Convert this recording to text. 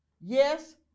Yes